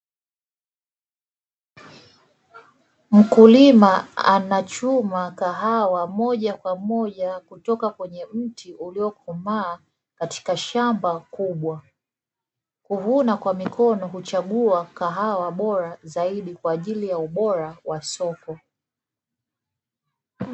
Mkulima anachuma kahawa moja kwa moja kutoka kwenye mti uliokomaa katika shamba kubwa, kuvuna kwa mikono kuchagua kahawa bora zaidi kwa ajili ya ubora wa soko.